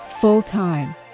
full-time